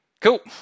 Cool